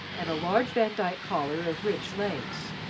and a large vandyke collar of rich lace,